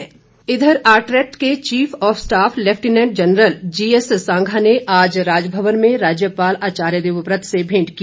भेंट इधर आरट्रैक के chief of staff lieutenant general जीएससांघा ने आज राजभवन में राज्यपाल आचार्य देवव्रत से भेंट की